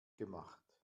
gemacht